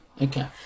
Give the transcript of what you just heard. Okay